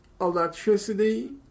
electricity